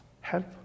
help